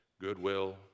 goodwill